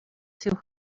too